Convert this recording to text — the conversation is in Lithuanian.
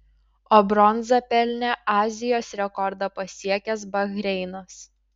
o bronzą pelnė azijos rekordą pasiekęs bahreinas